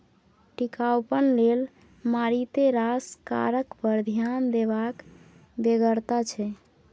टिकाउपन लेल मारिते रास कारक पर ध्यान देबाक बेगरता छै